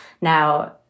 Now